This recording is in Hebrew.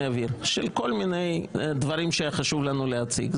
אוויר של כל מיני דברים שחשוב לנו להציג.